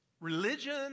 religion